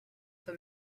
for